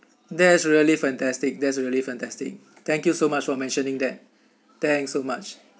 that is really fantastic that's really fantastic thank you so much for mentioning that thanks so much